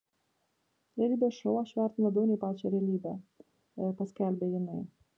realybės šou aš vertinu labiau nei pačią realybę paskelbė jinai